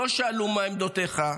לא שאלו מה עמדותיך,